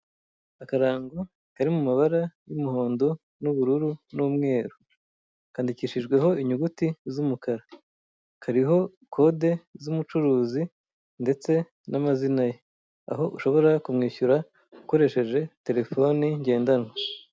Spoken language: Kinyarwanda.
Akarango kari mu mabara y'umuhondo n'ubururu n'umweru. Kandikishijweho inyuguti z'umukara kariho kode z'umucuruzi ndetse n'amazina ye, aho ushobora kumwishyura ukoresheje terefone ngendanwa.